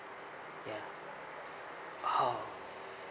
ya oh